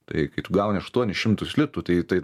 tai kai tu gauni aštuonis šimtus litų tai tai